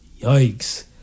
yikes